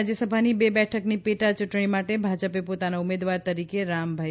રાજયસભાની બે બેઠકની પેટા ચુંટણી માટે ભાજપે પોતાના ઉમેદવાર તરીકે રામભાઇ